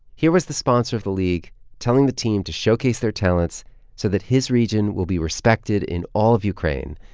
here was the sponsor of the league telling the team to showcase their talents so that his region will be respected in all of ukraine.